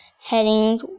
heading